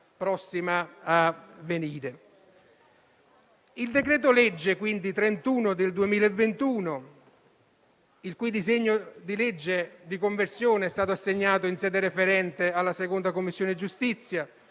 Il decreto-legge n. 31 del 2021, il cui disegno di legge di conversione è stato assegnato in sede referente alla 2a Commissione giustizia,